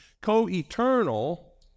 co-eternal